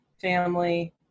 family